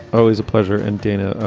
always a pleasure. and dana,